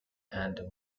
and